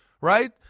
right